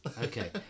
Okay